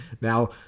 Now